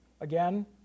Again